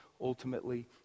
ultimately